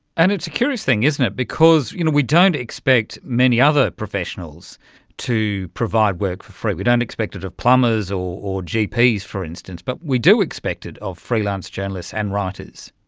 and it's a curious thing, isn't it, because you know we don't expect many other professionals to provide work for free, we don't expect it of plumbers or or gps, for instance, but we do expect it of freelance journalists and writers.